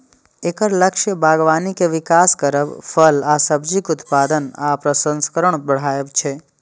एकर लक्ष्य बागबानी के विकास करब, फल आ सब्जीक उत्पादन आ प्रसंस्करण बढ़ायब छै